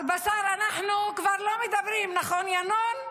על בשר אנחנו כבר לא מדברים, נכון, ינון?